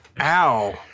Ow